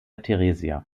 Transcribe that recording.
theresia